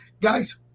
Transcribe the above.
guys